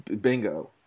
Bingo